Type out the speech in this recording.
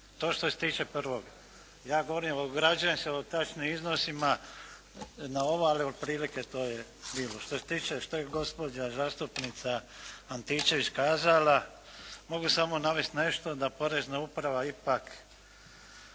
je što se tiče prvog. Ja govorim, ograđujem se o točnim iznosima na ovo ali otprilike to je bilo. Što se tiče što je gospođa zastupnica Antičević kazala mogu samo navesti nešto da porezna uprava ipak